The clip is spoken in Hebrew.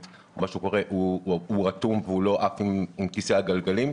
הוא רתום והוא לא עף עם כיסא הגלגלים.